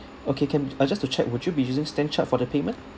okay can uh just to check would you be using stan chart for the payment